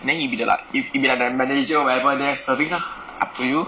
then you be the like you be like the manager there serving lah up to you